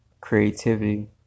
creativity